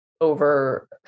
over